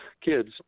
kids